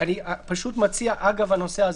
אני פשוט מציע אגב הנושא הזה,